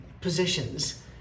positions